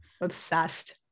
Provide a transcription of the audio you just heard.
obsessed